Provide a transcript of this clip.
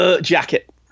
Jacket